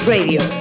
Radio